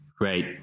Right